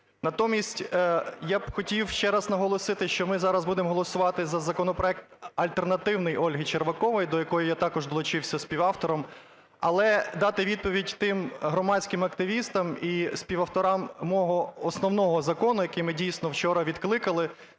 Натомість я б хотів ще раз наголосити, що ми зараз будемо голосувати за законопроект альтернативний Ольги Черваковою, до якого я також долучився співавтором. Але дати відповідь тим громадським активістам і співавторам мого основного закону, який ми, дійсно, вчора відкликали